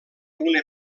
una